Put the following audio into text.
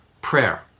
prayer